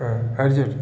हूँ